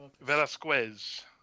Velasquez